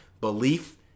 Belief